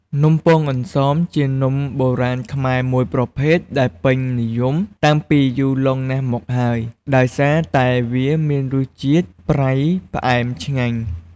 នំពងអន្សងជានំបុរាណខ្មែរមួយប្រភេទដែលពេញនិយមតាំងពីយូរលង់ណាស់មកហើយ ដោយសារតែវាមានរសជាតិប្រៃផ្អែមឆ្ងាញ់ ។